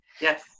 Yes